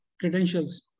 credentials